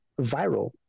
viral